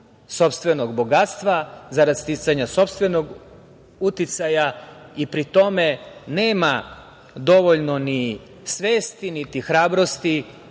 sopstvenog bogatstva, zarad sticanja sopstvenog uticaja i pri tome nema dovoljno ni svesti, niti hrabrosti